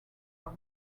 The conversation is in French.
par